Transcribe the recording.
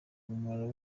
mumaro